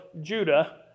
Judah